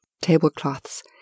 tablecloths